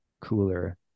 cooler